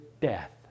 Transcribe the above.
death